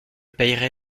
paierai